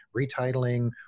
retitling